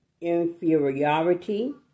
inferiority